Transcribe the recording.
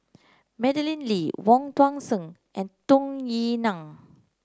Madeleine Lee Wong Tuang Seng and Tung Yue Nang